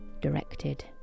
directed